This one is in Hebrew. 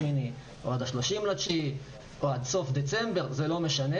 באוגוסט או עד 30 בספטמבר או עד סוף דצמבר זה לא משנה